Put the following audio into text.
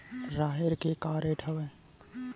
राहेर के का रेट हवय?